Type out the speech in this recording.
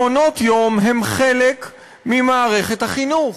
מעונות-יום הם חלק ממערכת החינוך,